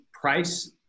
price